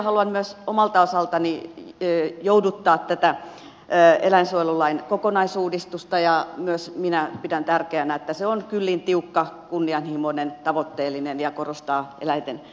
haluan myös omalta osaltani jouduttaa tätä eläinsuojelulain kokonaisuudistusta ja myös minä pidän tärkeänä että se on kyllin tiukka kunnianhimoinen tavoitteellinen ja korostaa eläinten hyvinvointia